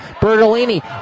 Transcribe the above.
Bertolini